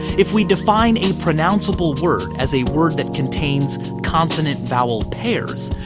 if we define unpronounceable word as a word that contains consonant-vowel pairs,